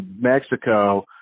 Mexico